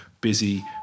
busy